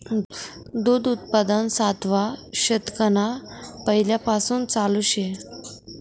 दूध उत्पादन सातवा शतकना पैलेपासून चालू शे